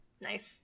Nice